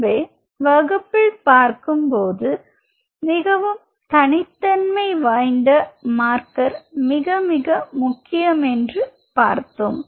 முன்பே வகுப்பில் பார்க்கும்போது மிகவும் தனித்தன்மை வாய்ந்த மார்க்கர் மிக முக்கியம் என்று பார்த்தோம்